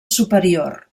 superior